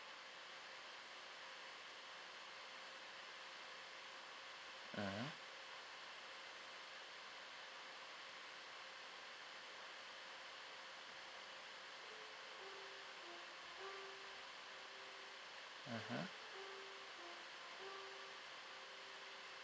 mm mmhmm